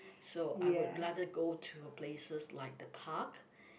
so I would rather go to places like the park